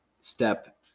step